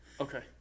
Okay